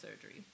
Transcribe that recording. surgery